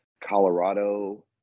colorado